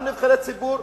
הם גם נבחרי ציבור,